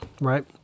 right